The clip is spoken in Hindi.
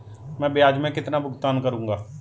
मैं ब्याज में कितना भुगतान करूंगा?